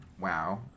Wow